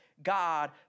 God